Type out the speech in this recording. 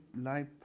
life